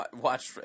watch